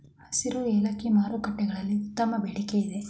ಹಸಿರು ಏಲಕ್ಕಿ ಮಾರುಕಟ್ಟೆಗಳಲ್ಲಿ ಉತ್ತಮ ಬೇಡಿಕೆಯಿದೆ